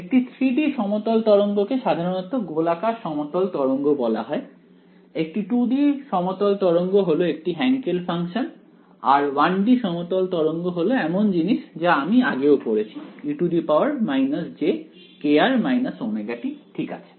একটি 3 D সমতল তরঙ্গ কে সাধারণত গোলাকার সমতল তরঙ্গ বলা হয় একটি 2 D সমতল তরঙ্গ হল একটি হ্যান্কেল ফাংশন আর 1 D সমতল তরঙ্গ হলো এমন জিনিস যা আমি আগেও পড়েছি e jkr ωt ঠিক আছে